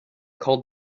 called